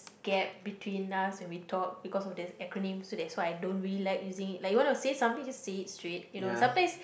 gap between us when we talk because of this acronym so that's why I don't really like using it like you want to say something just say it straight you know sometimes